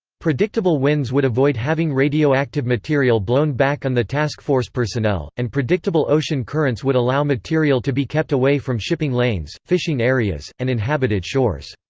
predictable winds would avoid having radioactive material blown back on the task force personnel, and predictable ocean currents would allow material to be kept away from shipping lanes, fishing areas, and inhabited shores.